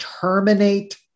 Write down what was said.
terminate